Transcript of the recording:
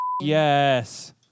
Yes